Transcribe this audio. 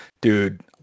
dude